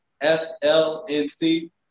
F-L-N-C